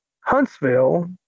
Huntsville